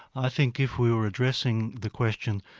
i think if we were addressing the question,